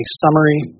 summary